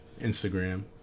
Instagram